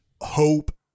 hope